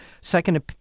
Second